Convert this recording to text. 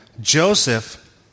Joseph